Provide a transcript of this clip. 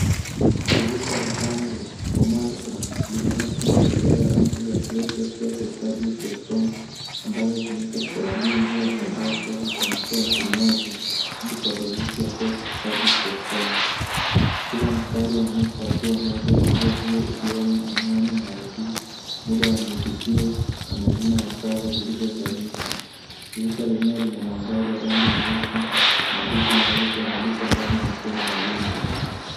Dirisha la amri command prompt linaonyesha matokeo ya amri ya traceratepublic.com ambao hutumika kufuatilia njia ya mtandao kutoka kwa kompyuta ya mtumiaji kwa tofauti ya techpublic.com. Kila mstari unaonyesha hatua moja ya njia hiyo ikiwemo anuani ya epi, muda wa mwitikio na majina ya server zilizo unganishwa. Dirisha lenyewe lina mandhari ya rangi nyeusi, maandishi meupe na liko ndani ya mifumo wa windows.